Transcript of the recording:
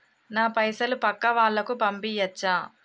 నా పైసలు పక్కా వాళ్ళకు పంపియాచ్చా?